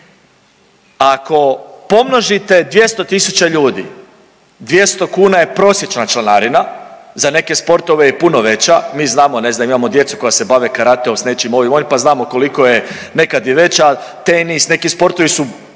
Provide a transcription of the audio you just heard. Ako pomnožite 200.000 ljudi, 200 kuna je prosječna članarina, za neke sportove je puno veća, mi znamo, ne znam imamo djecu koja se bave karateom s nečim ovim onim, pa znamo koliko je nekad i veća, tenis neki sportovi su